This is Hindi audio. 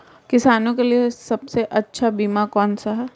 किसानों के लिए सबसे अच्छा बीमा कौन सा है?